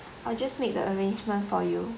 I'll just make the arrangement for you